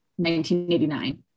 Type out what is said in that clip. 1989